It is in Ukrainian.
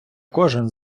кожен